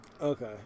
okay